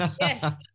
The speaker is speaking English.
yes